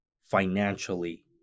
financially